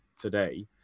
today